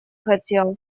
хотел